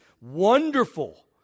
wonderful